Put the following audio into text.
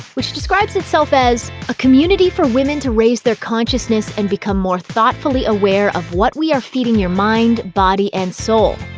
which describes itself as a community for women to raise their consciousness and become more thoughtfully aware of what we are feeding your mind, body and soul.